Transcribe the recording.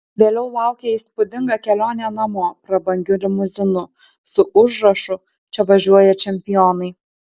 vėliau laukė įspūdinga kelionė namo prabangiu limuzinu su užrašu čia važiuoja čempionai